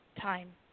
time